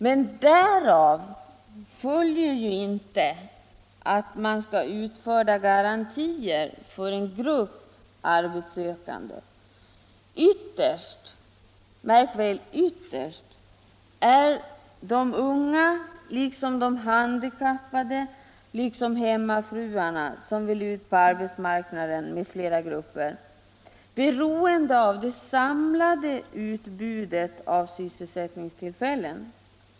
Men därav följer ju inte att man skall utfärda garantier för en grupp arbetssökande. Ytterst — märk väl ytterst — är de unga, liksom de handikappade, hemmafruar som vill ut på arbetsmarknaden m.fl. grupper beroende av det samlade utbudet av sysselsättningstillfällen.